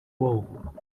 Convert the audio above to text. wall